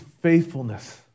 faithfulness